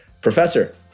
professor